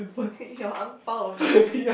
your ang-bao or money